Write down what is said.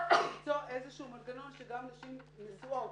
למצוא איזשהו מנגנון שגם נשים נשואות,